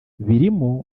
birimo